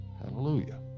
Hallelujah